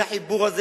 את החיבור הזה